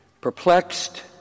perplexed